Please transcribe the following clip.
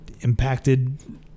impacted